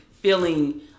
feeling